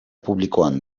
publikoan